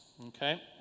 okay